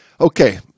Okay